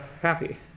Happy